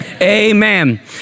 Amen